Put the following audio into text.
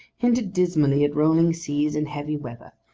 hinted dismally at rolling seas and heavy weather.